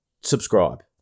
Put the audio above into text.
subscribe